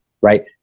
right